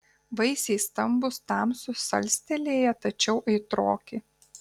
vaisiai stambūs tamsūs salstelėję tačiau aitroki